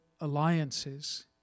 alliances